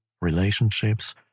relationships